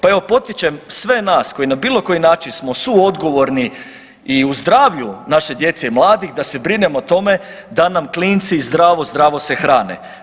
Pa evo potičem sve nas koji na bilo koji način smo suodgovorni i u zdravlju naše djece i mladih da se brinemo o tome da nam klinci zdravo, zdravo se hrane.